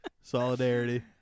Solidarity